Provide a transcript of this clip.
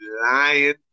lying